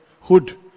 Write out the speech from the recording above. hood